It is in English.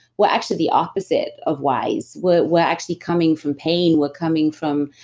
we're actually the opposite of wise we're we're actually coming from pain. we're coming from,